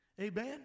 Amen